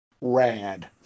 rad